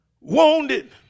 wounded